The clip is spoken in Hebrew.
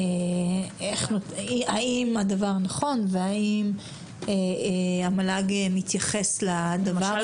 האם הדבר נכון והאם המל"ג מתייחס לזה,